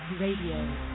Radio